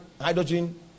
hydrogen